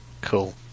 Cool